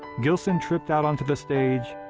gilson tripped out onto the stage,